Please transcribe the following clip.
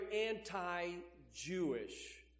anti-Jewish